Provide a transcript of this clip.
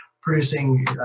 producing